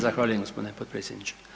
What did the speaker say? Zahvaljujem gospodine potpredsjedniče.